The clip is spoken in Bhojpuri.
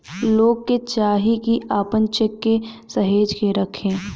लोग के चाही की आपन चेक के सहेज के रखे